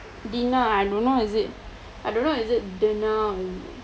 dinner ah is it I don't know is it dinner